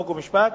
חוק ומשפט.